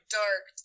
dark